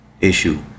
issue